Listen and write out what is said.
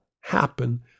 happen